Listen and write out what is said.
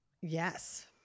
Yes